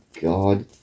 God